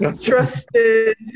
trusted